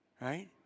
Right